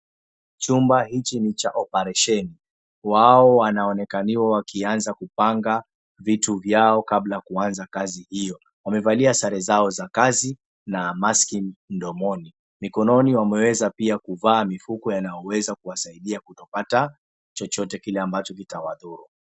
Chuma hichi ni cha oparesheni wao wanaonekaniwa kuanza kupanga vitu vyao kabla kuanza kazi hio, wamevalia sare zao za kazi na mask mdomoni. Mikononi wameweza pia kuvaa mifuko inayoweza kuwasaidia kutopata chochote kile ambacho kitawadhuru.